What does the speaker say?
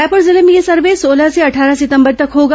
रायपुर जिले में यह सर्वे सोलह से अट्ठारह सितंबर तक होगा